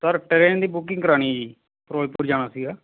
sir train ਦੀ booking ਕਰਾਉਣੀ ਜੀ ਫਿਰੋਜ਼ਪੁਰ ਜਾਣਾ ਸੀਗਾ